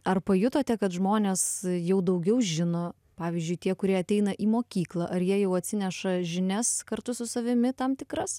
ar pajutote kad žmonės jau daugiau žino pavyzdžiui tie kurie ateina į mokyklą ar jie jau atsineša žinias kartu su savimi tam tikras